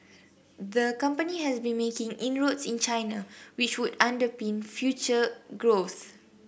the company has been making inroads in China which would underpin future growth